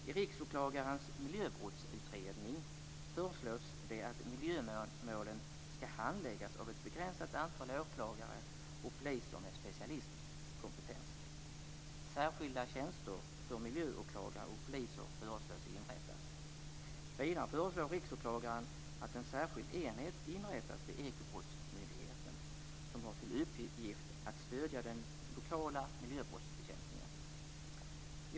I Riksåklagarens miljöbrottsutredning föreslås att miljömålen skall handläggas av ett begränsat antal åklagare och poliser med specialistkompetens. Särskilda tjänster för miljöåklagare och poliser föreslås inrättas. Vidare föreslår Riksåklagaren att en särskild enhet inrättas vid Ekobrottsmyndigheten, som har till uppgift att stödja den lokala miljöbrottsbekämpningen.